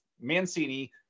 Mancini